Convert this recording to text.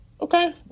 Okay